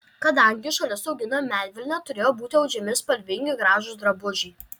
kadangi šalis augina medvilnę turėjo būti audžiami spalvingi gražūs drabužiai